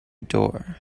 door